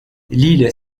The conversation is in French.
l’île